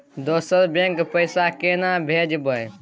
दोसर बैंक पैसा केना भेजबै?